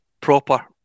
proper